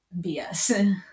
BS